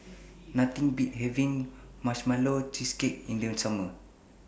Nothing Beats having Marshmallow Cheesecake in The Summer